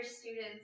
students